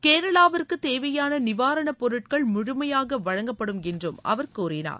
கேரளாவிற்கு தேவையான நிவாரணப் பொருட்கள் முழுமையாக வழங்கப்படும் என்று அவர் கூறினார்